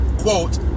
quote